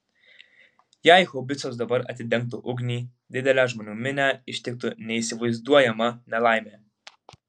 jei haubicos dabar atidengtų ugnį didelę žmonių minią ištiktų neįsivaizduojama nelaimė